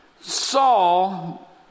Saul